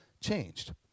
changed